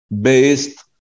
based